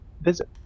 visit